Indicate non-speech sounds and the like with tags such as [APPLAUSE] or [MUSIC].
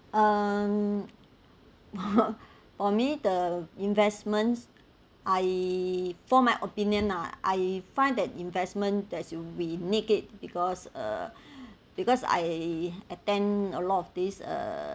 um [LAUGHS] for me the investments I for my opinion lah I find that investment that we need it because uh because I attend a lot of this uh